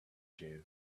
jew